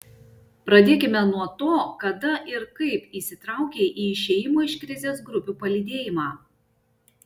pradėkime nuo to kada ir kaip įsitraukei į išėjimo iš krizės grupių palydėjimą